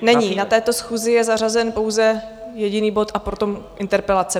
Není, na této schůzi je zařazen pouze jediný bod a potom interpelace.